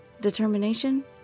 Determination